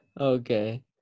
Okay